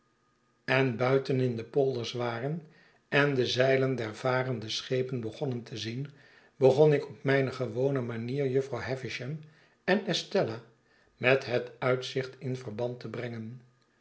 en buiten in de polders waren en de zeilen der varende schepen begonnen te zien begon ik op mijne gewone manier jufvrouw havisham en estella met het uitzicht in verband te brengen